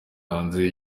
hanze